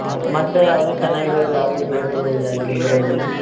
ಹಾಂ ಮತ್ತೆ ಯಾವುದೂ ಚೆನ್ನಾಗಿರೋದು ಯಾವ್ದೂ ಪ್ಲೇಸ್ಗಳು ಇಲ್ವ ಇಲ್ಲಿ ಗುಲ್ಬರ್ಗಾದಲ್ಲಿ